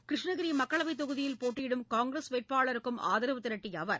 கிருஷ்ணகிரி மக்களவைத் தொகுதியில் போட்டியிடும் காங்கிரஸ் வேட்பாளருக்கும் ஆதரவு திரட்டிய அவர்